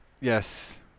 Yes